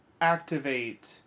activate